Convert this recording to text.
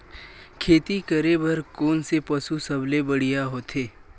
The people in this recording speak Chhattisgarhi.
खेती करे बर कोन से पशु सबले बढ़िया होथे?